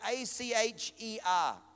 A-C-H-E-R